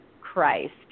Christ